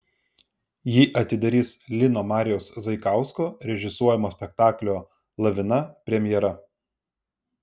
jį atidarys lino marijaus zaikausko režisuojamo spektaklio lavina premjera